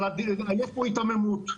יש פה היתממות.